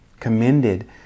commended